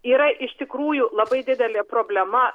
yra iš tikrųjų labai didelė problema